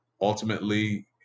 ultimately